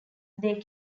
they